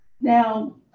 now